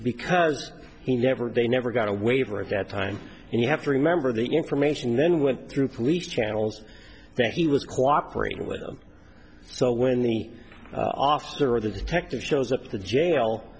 because he never they never got a waiver at that time and you have to remember the information then went through police channels that he was cooperating with them so when the officer or the detective shows up at the jail